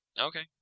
Okay